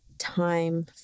time